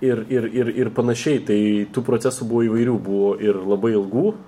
ir ir ir ir panašiai tai tų procesų buvo įvairių buvo ir labai ilgų